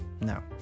No